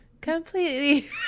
completely